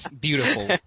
Beautiful